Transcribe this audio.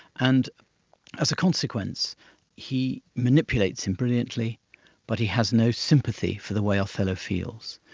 and as a consequence he manipulates him brilliantly but he has no sympathy for the way othello feels,